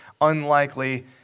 unlikely